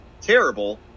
terrible